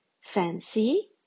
Fancy